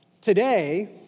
Today